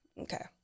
okay